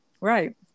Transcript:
Right